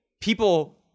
people